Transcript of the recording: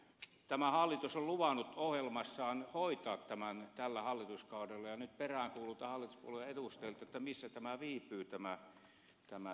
tämä hallitus on luvannut ohjelmassaan hoitaa tämän tällä hallituskaudella ja nyt peräänkuulutan hallituspuolueiden edustajilta missä tämä esitys viipyy